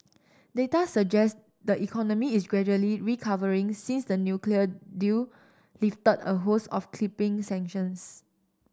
data suggest the economy is gradually recovering since the nuclear deal lifted a host of crippling sanctions